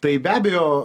tai be abejo